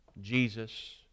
Jesus